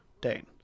Dane